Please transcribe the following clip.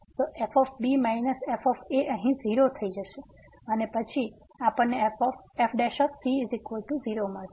તો f f અહીં 0 થઈ જશે અને પછી આપણને f 0 મળશે